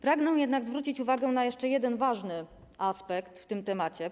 Pragnę jednak zwrócić uwagę na jeszcze jeden ważny aspekt tego tematu.